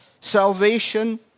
salvation